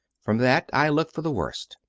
from that i look for the worst.